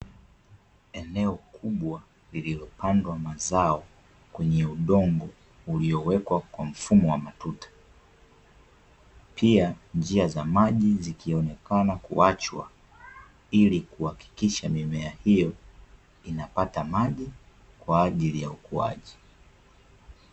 Eneo kubwa lililopandwa mazao kwenye udongo uliowekwa kwa mfumo wa matuta. Pia njia za maji zikionekana kuachwa ili kuhakikisha mimea hiyo inapata maji kwa ajili ya ukuaji.